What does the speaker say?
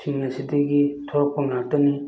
ꯁꯤꯡ ꯑꯁꯤꯗꯒꯤ ꯊꯣꯛꯂꯛꯄ ꯉꯥꯛꯇꯅꯤ